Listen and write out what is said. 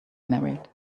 married